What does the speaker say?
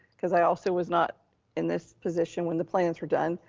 cause i also was not in this position when the plans were done,